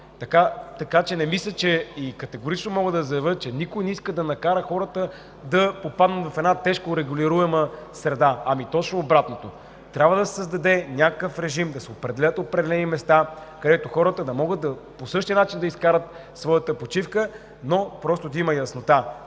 Така че не мисля и категорично мога да заявя, че никой не иска да накара хората да попаднат в една тежкорегулируема среда, а точно обратното – трябва да се създаде някакъв режим, да се определят места, където хората да могат по същия начин да изкарат своята почивка, но просто да има яснота